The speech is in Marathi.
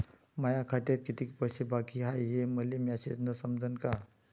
माया खात्यात कितीक पैसे बाकी हाय हे मले मॅसेजन समजनं का?